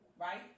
right